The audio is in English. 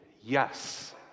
Yes